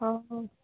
ହଁ ହଉ